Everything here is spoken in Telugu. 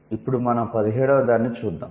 ఇప్పుడు మనం పదిహేడవదాన్ని చూద్దాం